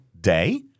day